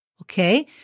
Okay